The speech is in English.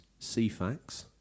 CFAX